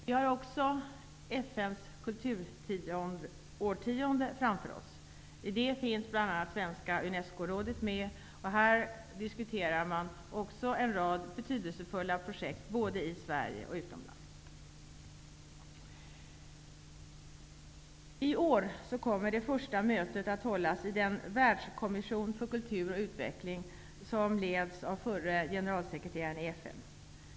Vi har FN:s kulturårtionde framför oss. I det projektet finns bl.a. Svenska Unescorådet med, och där diskuterar man en rad betydelsefulla projekt både i Sverige och utomlands. I år kommer det första mötet att hållas i den världskommission för kultur och utveckling som leds av förre generalsekreteraren i FN.